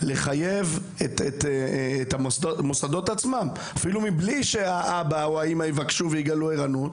לחייב את המוסדות עצמם מבלי שהאימא והאבא יגלו ערנות.